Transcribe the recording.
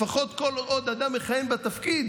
לפחות כל עוד אדם מכהן בתפקיד,